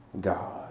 God